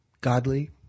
godly